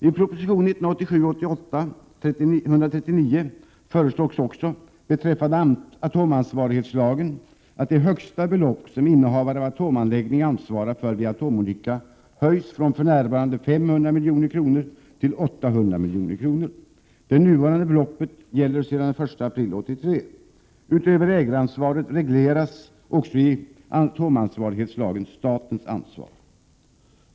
I proposition 1987/88:139 föreslås beträffande atomansvarighetslagen att det högsta belopp som innehavare av atomanläggning ansvarar för vid en atomolycka höjs från 500 milj.kr. till 800 milj.kr. Det nuvarande beloppet gäller sedan den 1 april 1983. Utöver ägaransvaret regleras i atomansvarighetslagen också statens ansvar.